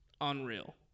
unreal